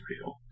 real